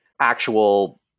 actual